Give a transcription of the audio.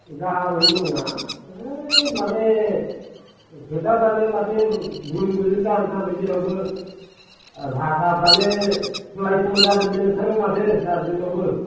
गाहामैनो दंना है माने खोथाफ्रानो माथो गुलुं गुजुं जाजोब थारबाय जेरावबो भाषाफ्रानो सोलाय सोल' जाजोबनाय मोनथारबाय माथो सार जोंनावबो